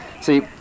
See